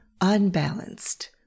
unbalanced